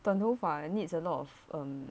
短头发 needs a lot of um